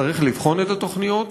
תצטרך לבחון את התוכניות,